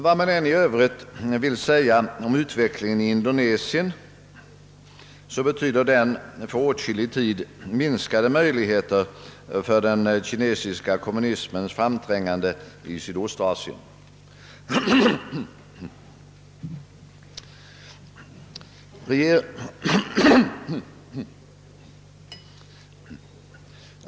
Vad man än i övrigt vill säga om utvecklingen i Indonesien så medför den för åtskillig tid framåt minskade möjligheter för den kinesiska kommunismens framträngande i Sydostasien.